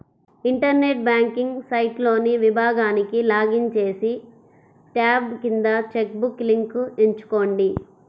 internet banking సైట్లోని విభాగానికి login చేసి, ట్యాబ్ కింద చెక్ బుక్ లింక్ ఎంచుకోండి